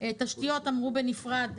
תשתיות אמרו שיבוא בנפרד,